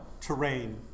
terrain